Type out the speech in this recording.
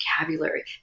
vocabulary